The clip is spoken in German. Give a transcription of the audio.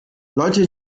leute